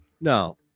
no